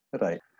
Right